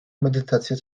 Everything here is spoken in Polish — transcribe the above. medytacja